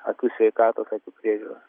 akių sveikatos akių priežiūros